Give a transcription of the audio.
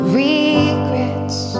regrets